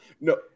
No